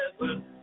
heaven